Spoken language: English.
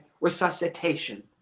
Resuscitation